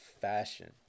fashion